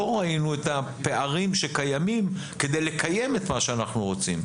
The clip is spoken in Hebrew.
לא ראינו את הפערים שקיימים כדי לקיים את מה שאנחנו רוצים.